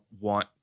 want